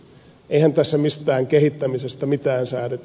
eihän tässä mistään kehittämisestä mitään säädetä